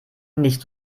nicht